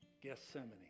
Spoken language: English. Gethsemane